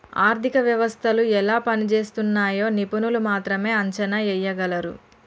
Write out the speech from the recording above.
ఆర్థిక వ్యవస్థలు ఎలా పనిజేస్తున్నయ్యో నిపుణులు మాత్రమే అంచనా ఎయ్యగలరు